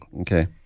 Okay